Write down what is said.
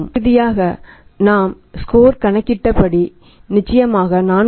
இறுதியாக நாம் ஸ்கோர் கணக்கிட்ட படி நிச்சயமாக 4